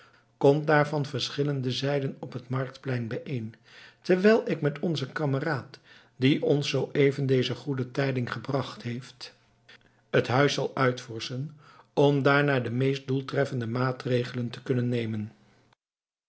komt daar van verschillende zijden op het marktplein bijeen terwijl ik met onzen kameraad die ons zooeven deze goede tijding gebracht heeft het huis zal uitvorschen om daarna de meest doeltreffende maatregelen te kunnen nemen